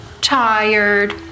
Tired